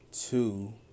two